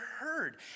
heard